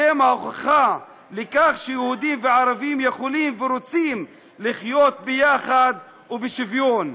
אתם ההוכחה לכך שיהודים וערבים יכולים ורוצים לחיות ביחד ובשוויון.